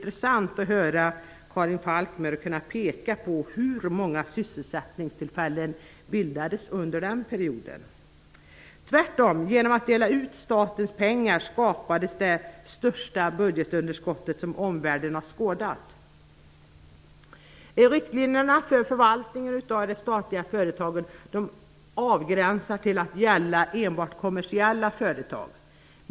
Genom att man delade ut statens pengar skapade man det största budgetunderskott som omvärlden har skådat. Det vore intressant att höra om Karin Falkmer kan visa på att några sysselsättningstillfällen skapades under den perioden. Riktlinjerna för förvaltningen av de statliga företagen avgränsas till att gälla enbart kommersiella företag.